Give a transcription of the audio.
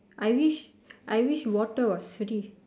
I wish I wish water was free